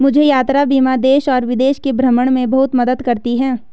मुझे यात्रा बीमा देश और विदेश के भ्रमण में बहुत मदद करती है